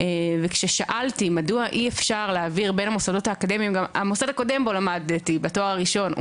כאשר שאלתי את המוסד הקודם בו למדתי בתואר הראשון,